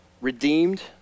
redeemed